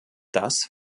das